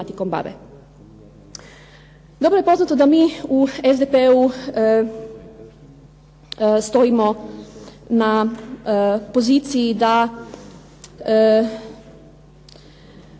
Dobro je poznato da mi u SDP-u stojimo na poziciji da,